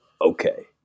okay